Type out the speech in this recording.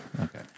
Okay